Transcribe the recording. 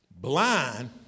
Blind